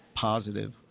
positive